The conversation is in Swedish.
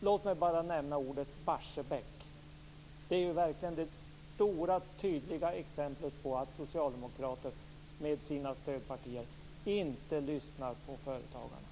Låt mig bara nämna ordet Barsebäck. Det är verkligen det stora och tydliga exemplet på att Socialdemokraterna med sina stödpartier inte lyssnar på företagarna.